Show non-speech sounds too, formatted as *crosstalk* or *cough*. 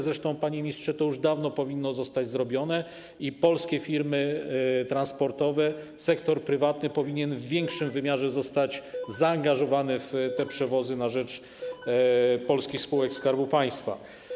Zresztą, panie ministrze, to już dawno powinno zostać zrobione i polskie firmy transportowe z sektora prywatnego powinny zostać *noise* w większym wymiarze zaangażowane w te przewozy na rzecz polskich spółek Skarbu Państwa.